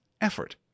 effort